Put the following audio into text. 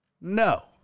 No